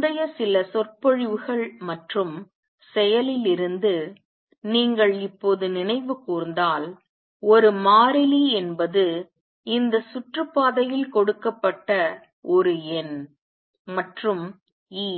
முந்தைய சில சொற்பொழிவுகள் மற்றும் செயலிலிருந்து நீங்கள் இப்போது நினைவு கூர்ந்தால் ஒரு மாறிலி என்பது இந்த சுற்றுப்பாதையில் கொடுக்கப்பட்ட ஒரு எண் மற்றும் E